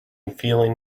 feeling